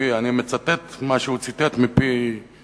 אני מצטט מה שהוא ציטט מפי